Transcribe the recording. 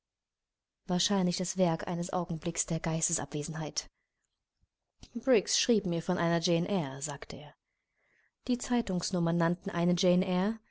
wahrscheinlich das werk eines augenblicks der geistesabwesenheit briggs schrieb mir von einer jane eyre sagte er die zeitungsnummern nannten eine